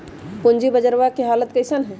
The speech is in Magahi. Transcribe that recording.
पूंजी बजरवा के हालत कैसन है?